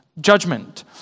judgment